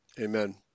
amen